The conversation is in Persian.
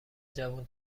جوون